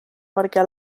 perquè